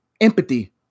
empathy